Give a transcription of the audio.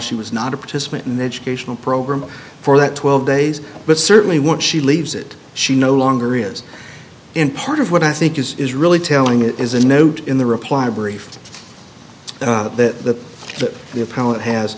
she was not a participant in the educational program for that twelve days but certainly what she leaves it she no longer is in part of what i think is really telling it is a note in the reply brief that the that